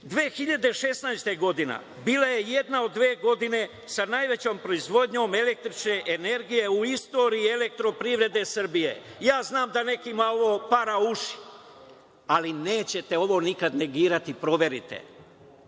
2016. bila je jedna od dve godine sa najvećom proizvodnjom električne energije u istoriji Elektroprivrede Srbije. Ja znam da nekima malo ovo para uši, ali nećete ovo nikad negirati, proverite.